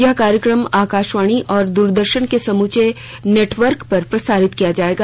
यह कार्यक्रम आकाशवाणी और दूरदर्शन के समूचे नेटवर्क पर प्रसारित किया जाएगा